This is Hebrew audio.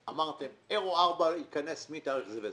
אמרתם ש-אירו 4 ייכנס מתאריך זה וזה.